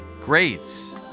grades